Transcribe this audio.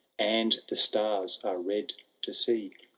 and the stars are red to see.